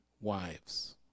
wives